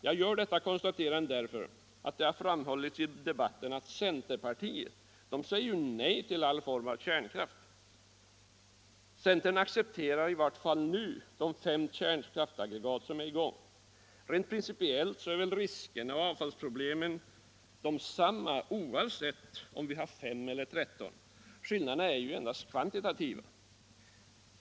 Jag gör det konstaterandet därför att det har nämnts i debatten att centerpartiet säger nej till all form av kärnkraft. Centern accepterar i varje fall nu de fem kärnkraftsaggregat som är i gång. Rent principiellt är riskerna och avfallsproblemen desamma oavsett om vi har fem eller tretton aggregat. Skillnaderna är endast kvantitativa.